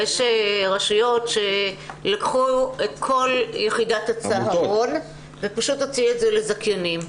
יש רשויות שלקחו את כל יחידת הצהרון ופשוט הוציאו את זה לזכיינים.